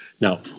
Now